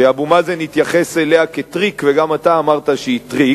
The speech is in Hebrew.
שאבו מאזן התייחס אליה כטריק וגם אתה אמרת שהיא טריק,